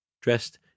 dressed